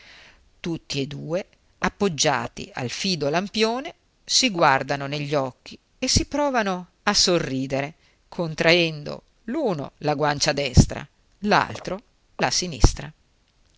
tutti e due appoggiati al fido lampione si guardano negli occhi e si provano a sorridere contraendo l'uno la guancia destra l'altro la sinistra